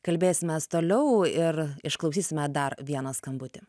kalbėsimės toliau ir išklausysime dar vieną skambutį